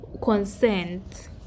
Consent